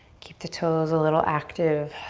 keep the toes a little active.